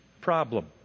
problem